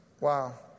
Wow